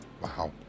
Wow